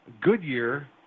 Goodyear